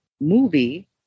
movie